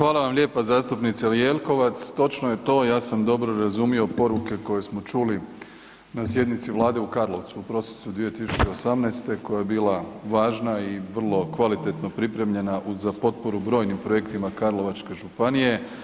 Hvala vam lijepo zastupnice Jelkovac, točno je to ja sam dobro razumio poruke koje smo čuli na sjednici Vlade u Karlovcu u prosincu 2018. koja je bila važna i vrlo kvalitetno pripremljena za potporu brojnim projektima Karlovačke županije.